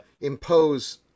impose